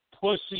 pussy